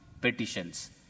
petitions